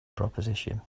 proposition